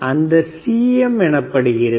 Refer to slide 1653 அது Cm எனப்படுகிறது